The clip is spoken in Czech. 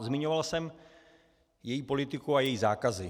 Zmiňoval jsem její politiku a její zákazy.